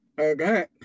Okay